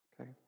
Okay